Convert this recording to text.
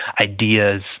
ideas